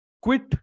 quit